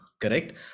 correct